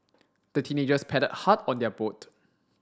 the teenagers paddled hard on their boat